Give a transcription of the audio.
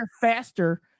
Faster